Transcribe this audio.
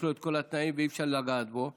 יש לו את כל התנאים ואי-אפשר לגעת בו,